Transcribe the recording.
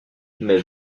mais